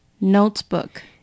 notebook